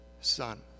Son